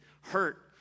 hurt